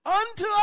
unto